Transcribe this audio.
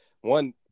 One